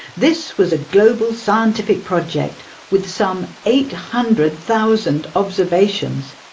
this was a global scientific project with some eight hundred thousand observations.